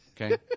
Okay